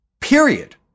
Period